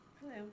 Hello